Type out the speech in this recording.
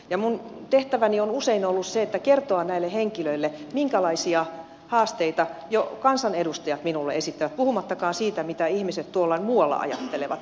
minun tehtäväni on usein ollut kertoa näille henkilöille minkälaisia haasteita jo kansanedustajat minulle esittävät puhumattakaan siitä mitä ihmiset tuolla muualla ajattelevat